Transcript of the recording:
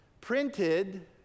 printed